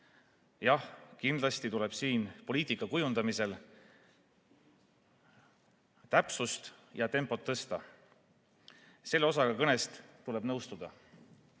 Jah, kindlasti tuleb siin poliitika kujundamisel täpsust ja tempot tõsta. Selle osaga kõnest tuleb nõustuda.